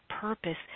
purpose